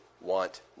want